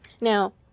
Now